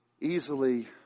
easily